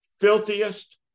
filthiest